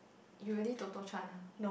you really Totto-chan ah